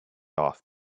off